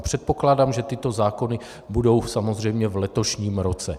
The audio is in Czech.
Předpokládám, že tyto zákony budou samozřejmě v letošním roce.